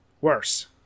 Worse